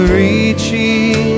reaching